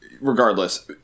Regardless